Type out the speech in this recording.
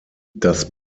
das